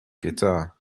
guitar